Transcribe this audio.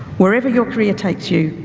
wherever your career takes you,